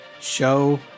show